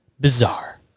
bizarre